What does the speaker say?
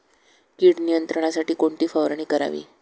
कीड नियंत्रणासाठी कोणती फवारणी करावी?